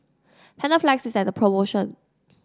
Panaflex is at promotion